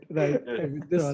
right